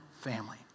family